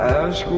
ask